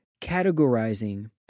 categorizing